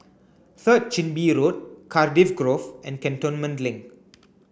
Third Chin Bee Road Cardiff Grove and Cantonment Link